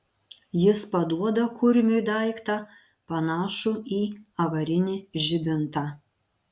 jis paduoda kurmiui daiktą panašų į avarinį žibintą